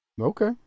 Okay